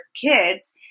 kids